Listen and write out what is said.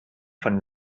von